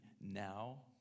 now